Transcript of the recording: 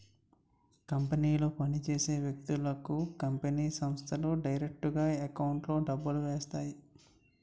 కంపెనీలో పని చేసే వ్యక్తులకు కంపెనీ సంస్థలు డైరెక్టుగా ఎకౌంట్లో డబ్బులు వేస్తాయి